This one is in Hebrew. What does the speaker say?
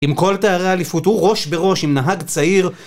עם כל תארי האליפות, הוא ראש בראש, עם נהג צעיר.